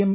M